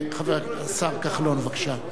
השר כחלון, בבקשה.